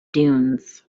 dunes